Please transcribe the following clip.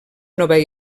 nova